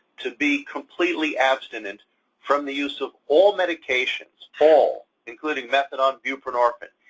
to be completely abstinent from the use of all medications, all, including methadone, buprenorphine?